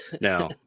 now